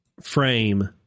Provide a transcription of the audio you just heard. frame